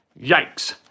Yikes